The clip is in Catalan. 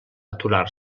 aturar